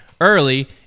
early